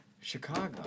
Chicago